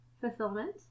fulfillment